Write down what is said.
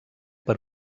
per